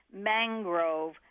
mangrove